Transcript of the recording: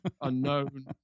unknown